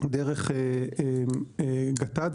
דרך גט"ח,